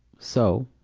so,